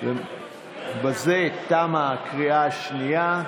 בזה תמה הקריאה השנייה.